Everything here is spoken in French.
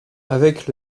avec